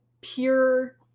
pure